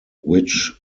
which